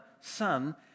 Son